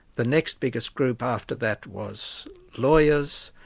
the next biggest group after that was lawyers,